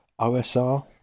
OSR